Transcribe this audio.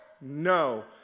No